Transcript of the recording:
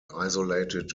isolated